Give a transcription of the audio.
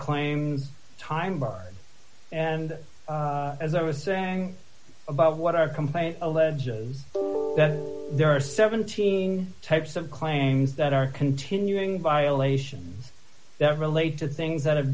claims time barred and as i was saying above what our complaint alleges d that there are seventeen types of claims that are continuing violations that relate to things that have